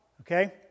okay